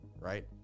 right